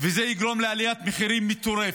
זה יגרום לעליית מחירים מטורפת.